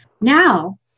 now